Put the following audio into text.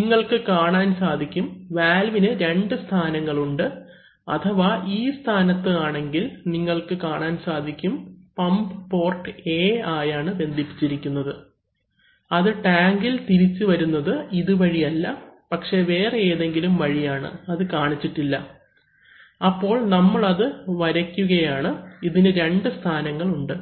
നിങ്ങൾക്ക് കാണാൻ സാധിക്കും വാൽവിന് രണ്ട് സ്ഥാനങ്ങൾ ഉണ്ട് അഥവാ ഈ സ്ഥാനത്ത് ആണെങ്കിൽ നിങ്ങൾക്ക് കാണാൻ സാധിക്കും പമ്പ് പോർട്ട് A ആയാണ് ബന്ധിപ്പിച്ചിരിക്കുന്നത് അത് ടാങ്കിൽ തിരിച്ചുവരുന്നത് ഇതുവഴി അല്ല പക്ഷേ വേറെ ഏതെങ്കിലും വഴിയാണ് അത് കാണിച്ചിട്ടില്ല അപ്പോൾ നമ്മൾ അത് വരയ്ക്കുകയാണ് അതിന് രണ്ട് സ്ഥാനങ്ങൾ ഉണ്ട്